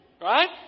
Right